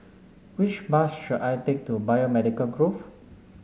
which bus should I take to Biomedical Grove